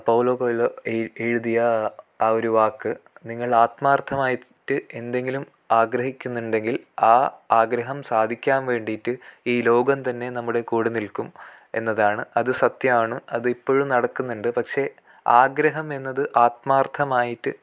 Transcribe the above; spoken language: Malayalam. പൗലോ കൊയ്ലോ ഈ എഴുതിയ ആ ഒരു വാക്ക് നിങ്ങൾ ആത്മാർഥമായിട്ട് എന്തെങ്കിലും ആഗ്രഹിക്കുന്നുണ്ടെങ്കിൽ ആ ആഗ്രഹം സാധിക്കാൻ വേണ്ടിയിട്ട് ഈ ലോകം തന്നെ നമ്മുടെ കൂടെ നിൽക്കും എന്നതാണ് അത് സത്യമാണ് അതിപ്പോഴും നടക്കുന്നുണ്ട് പക്ഷേ ആഗ്രഹം എന്നത് ആത്മാർഥമായിട്ട്